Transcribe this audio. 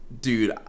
Dude